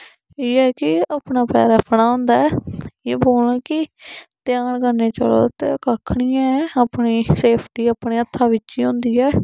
एह् ऐ की अपना पैर अपना होंदा ऐ एह् एह् बोलना की ध्यान कन्ने चलो ते कक्ख निं ऐ अपनी सेफ्टी अपने हत्था बिच ही होंदी ऐ